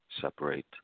separate